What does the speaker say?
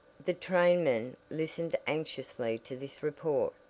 the trainmen listened anxiously to this report.